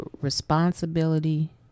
responsibility